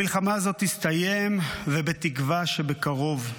המלחמה הזאת תסתיים, ובתקווה שבקרוב,